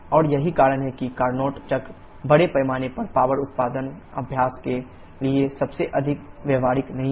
और यही कारण है कि यह कारनोट चक्र बड़े पैमाने पर पवर उत्पादन अभ्यास के लिए सबसे अधिक व्यावहारिक नहीं है